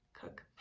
cook